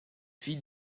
fille